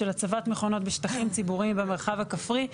של הצבת מכונות בשטחים ציבוריים במרחב הכפרי.